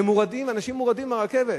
ומוּרדים, אנשים מוּרדים מהרכבת,